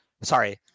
Sorry